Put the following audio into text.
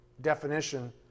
definition